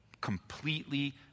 completely